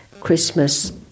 Christmas